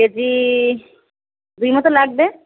KG দুই মতো লাগবে